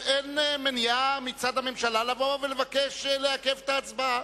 אין מניעה מצד הממשלה לבוא ולבקש לעכב את ההצבעה.